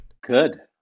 Good